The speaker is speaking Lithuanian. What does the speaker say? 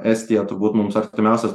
estija turbūt mums artimiausias